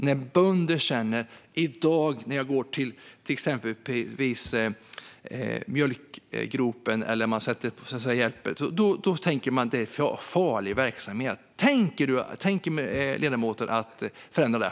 Det kan inte vara rätt att bönder som till exempel går till mjölkgropen tänker att det är farlig verksamhet. Tänker ledamoten förändra det?